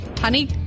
Honey